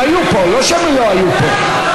הם היו פה, לא שהם לא היו פה.